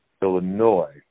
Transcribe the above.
Illinois